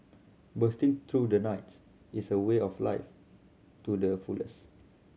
bursting through the night is a way of life to the fullest